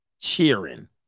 cheering